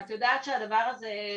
את יודעת שהדבר הזה,